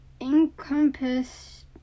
encompass